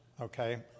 okay